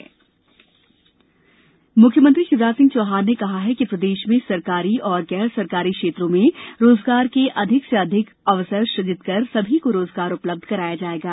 प्रदेश रोजगार मुख्यमंत्री शिवराज सिंह चौहान ने कहा है कि प्रदेश में सरकारी एवं गैर सरकारी क्षेत्रों में रोजगार के अधिक से अधिक अवसर सृजित कर सभी को रोजगार उपलब्ध कराया जाएगा